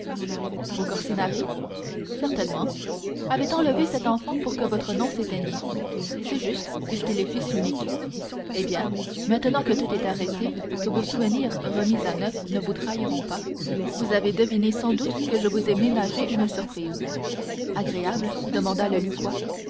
aux corsinari certainement avait enlevé cet enfant pour que votre nom s'éteignît c'est juste puisqu'il est fils unique eh bien maintenant que tout est arrêté que vos souvenirs remis à neuf ne vous trahiront pas vous avez deviné sans doute que je vous ai ménagé une surprise agréable demanda le